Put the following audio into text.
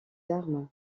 armes